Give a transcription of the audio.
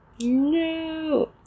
No